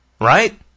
right